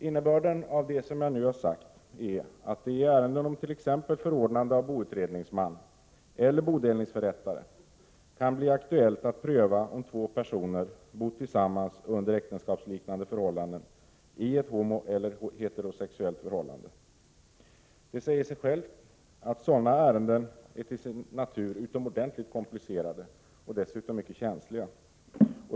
Innebörden av det som jag nu har sagt är att det i ärenden om t.ex. förordnande av boutredningsman eller bodelningsförrättare kan bli aktuellt att pröva om två personer har bott tillsammans under äktenskapsliknande förhållanden i ett homosexuellt eller ett heterosexuellt förhållande. Det säger sig självt att sådana ärenden till sin natur är utomordentligt komplicerade och dessutom mycket känsliga.